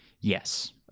Yes